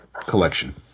collection